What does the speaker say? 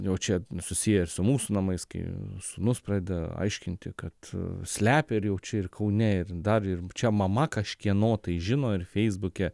jau čia susiję ir su mūsų namais kai sūnus pradeda aiškinti kad slepia ir jau čia ir kaune ir dar ir čia mama kažkieno tai žino ir feisbuke